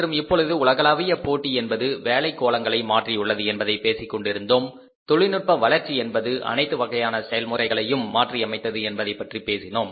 மற்றும் இப்பொழுது உலகலாவிய போட்டி என்பது வேலை கோலங்களை மாற்றியுள்ளது என்பதை பேசிக்கொண்டிருந்தோம் தொழில்நுட்ப வளர்ச்சி என்பது அனைத்து வகையான செயல்முறைகளையும் மாற்றியமைத்தது என்பதைப் பற்றிப் பேசினோம்